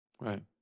Right